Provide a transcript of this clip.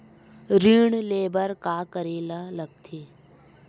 ऋण ले बर का करे ला लगथे?